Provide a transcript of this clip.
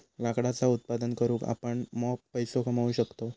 लाकडाचा उत्पादन करून आपण मॉप पैसो कमावू शकतव